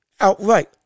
outright